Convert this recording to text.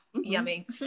Yummy